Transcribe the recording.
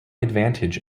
advantage